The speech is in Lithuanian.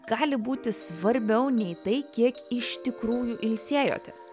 gali būti svarbiau nei tai kiek iš tikrųjų ilsėjotės